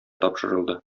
тапшырылды